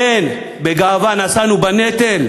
כן, בגאווה נשאנו בנטל,